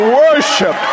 worship